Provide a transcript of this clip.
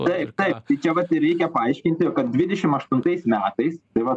taip taip tai čia vat ir reikia paaiškinti kad dvidešim aštuntais metais tai va